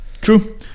True